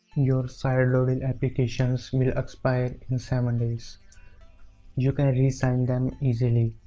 your sideloaded applications will expire in seven days you can resign them easily